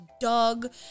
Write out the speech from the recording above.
Doug